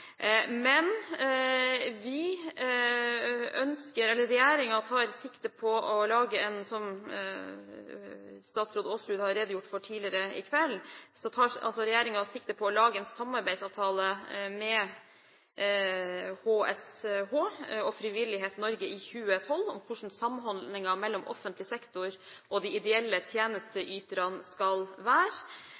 men vi er for intensjonen i forslaget. Årsaken til at vi stemmer nei, er at vi hadde ønsket å ta litt mer forbehold i forhold til alle aktører som yter helse- og sosialtjenester. Som statsråd Aasrud har redegjort for tidligere i kveld, tar altså regjeringen sikte på å lage en samarbeidsavtale med HSH og Frivillighet Norge i 2012 om hvordan